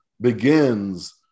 begins